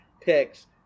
picks